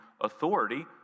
authority